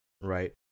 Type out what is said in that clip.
right